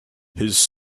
his